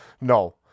no